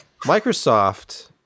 Microsoft